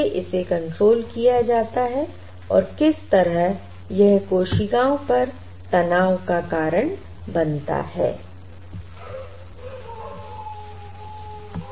कैसे इसे कंट्रोल किया जाता है और किस तरह यह कोशिकाओं पर तनाव का कारण बनता है I